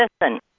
Listen